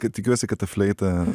kad tikiuosi kad ta fleita